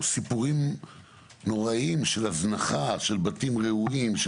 סיפורים נוראיים של הזנחה, של בתים רעועים.